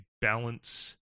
balance